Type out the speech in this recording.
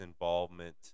involvement